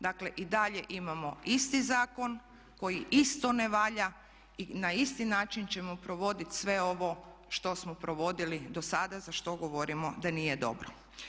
Dakle, i dalje imamo isti zakon koji isto ne valja i na isti način ćemo provodit sve ovo što smo provodili dosada za što govorimo da nije dobro.